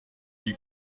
die